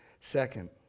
Second